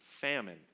Famine